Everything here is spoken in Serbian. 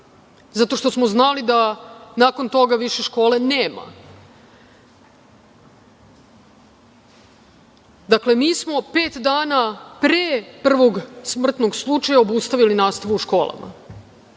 zato što smo znali da nakon toga više škole nema. Dakle, mi smo pet dana pre prvog smrtnog slučaja obustavili nastavu u školama,